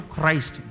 Christ